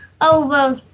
over